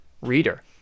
reader